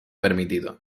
permitido